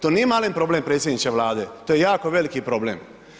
To nije malen problem predsjedniče Vlade, to je jako veliki problem.